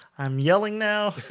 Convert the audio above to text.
i'm yelling now.